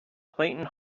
clayton